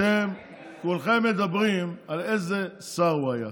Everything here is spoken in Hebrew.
אתם כולכם מדברים על איזה שר הוא היה.